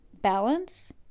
balance